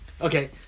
Okay